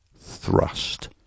Thrust